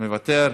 מוותר,